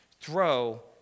Throw